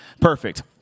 Perfect